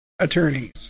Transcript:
attorneys